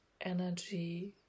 energy